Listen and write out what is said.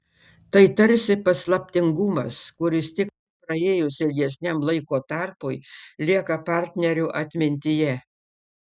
tai tarsi paslaptingumas kuris tik praėjus ilgesniam laiko tarpui lieka partnerių atmintyje